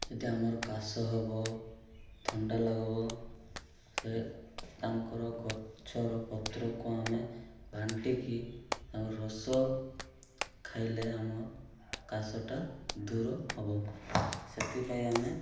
ଯଦି ଆମର କାଶ ହବ ଥଣ୍ଡା ଲାଗବ ସେ ତାଙ୍କର ଗଛର ପତ୍ରକୁ ଆମେ ବାଟିକି ତା ରସ ଖାଇଲେ ଆମ କାଶଟା ଦୂର ହବ ସେଥିପାଇଁ ଆମେ